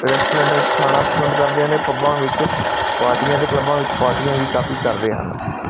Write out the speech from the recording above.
ਰੈਸਟੋਰੈਂਟਾਂ ਵਿੱਚ ਖਾਣਾ ਪਸੰਦ ਕਰਦੇ ਨੇ ਪੱਬਾਂ ਵਿੱਚ ਪਾਰਟੀਆਂ ਅਤੇ ਕਲੱਬਾਂ ਵਿੱਚ ਪਾਰਟੀਆਂ ਵੀ ਕਾਫੀ ਕਰਦੇ ਹਨ